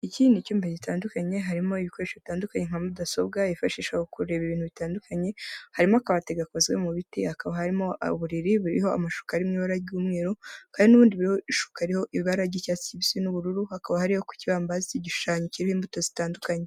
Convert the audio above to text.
Iki ni icyumba gitandukanye harimo ibikoresho bitandukanye nka mudasobwa hifashisha gukurura ibintu bitandukanye, harimo akabati gakozwe mu biti hakaba harimo uburiri buriho amashuka ari ibabura ry'umweruru, kaba n'ubundi ishuka harihoho ibara ry'cyatsi kibisi n'ubururu hakaba hariho ku kibambasi igishushanyo kirimo imbuto zitandukanye.